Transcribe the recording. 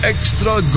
Extra